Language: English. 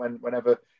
whenever